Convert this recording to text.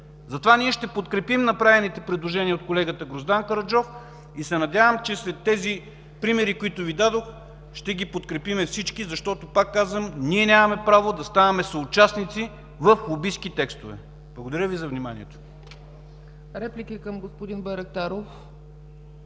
Затова ние ще подкрепим направените предложения от колегата Гроздан Караджов и се надявам, че след тези примери, които Ви дадох, ще ги подкрепим всички, защото, пак казвам, ние нямаме право да ставаме съучастници в лобистки текстове. Благодаря Ви за вниманието.